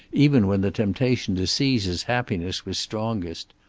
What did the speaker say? even when the temptation to seize his happiness was strongest.